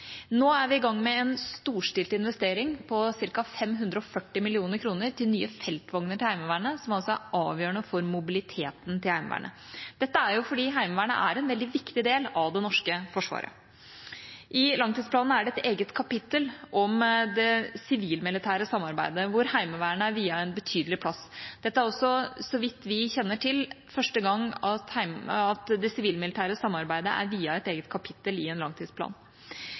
Nå er vi i gang med en storstilt investering på ca. 540 mill. kr til nye feltvogner til Heimevernet, som er avgjørende for mobiliteten til Heimevernet. Dette er fordi Heimevernet er en veldig viktig del av det norske forsvaret. I langtidsplanen er det et eget kapittel om det sivil-militære samarbeidet, hvor Heimevernet er viet en betydelig plass. Dette er også, så vidt vi kjenner til, første gang det sivil-militære samarbeidet er viet et eget kapittel i en langtidsplan.